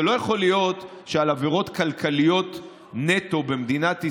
זה לא יכול להיות שעל עבירות כלכליות נטו במדינת ישראל,